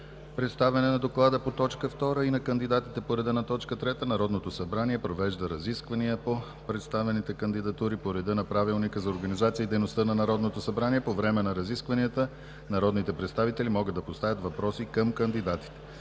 представяне на доклада по т. 2 и на кандидатите по реда на т. 3, Народното събрание провежда разисквания по представените кандидатури по реда на Правилника за организацията и дейността на Народното събрание, а по време на разискванията народните представители могат да поставят въпроси към кандидатите.